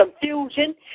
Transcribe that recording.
confusion